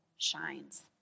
shines